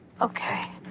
Okay